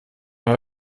aber